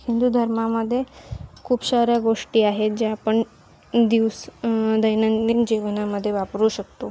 हिंदू धर्मामध्ये खूप साऱ्या गोष्टी आहेत ज्या आपण दिवस दैनंदिन जीवनामध्ये वापरू शकतो